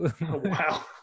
wow